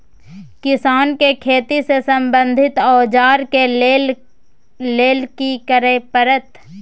किसान के खेती से संबंधित औजार के लेल की करय परत?